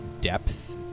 depth